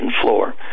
floor